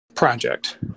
Project